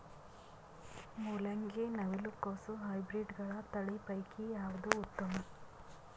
ಮೊಲಂಗಿ, ನವಿಲು ಕೊಸ ಹೈಬ್ರಿಡ್ಗಳ ತಳಿ ಪೈಕಿ ಯಾವದು ಉತ್ತಮ?